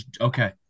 okay